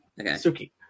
Suki